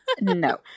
No